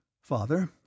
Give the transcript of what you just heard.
Father